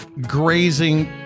grazing